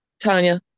Tanya